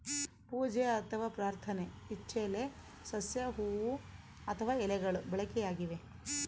ಪೂಜೆ ಅಥವಾ ಪ್ರಾರ್ಥನೆ ಇಚ್ಚೆಲೆ ಸಸ್ಯ ಹೂವು ಅಥವಾ ಎಲೆಗಳು ಬಳಕೆಯಾಗಿವೆ